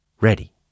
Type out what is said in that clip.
Ready